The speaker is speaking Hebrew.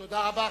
תודה רבה.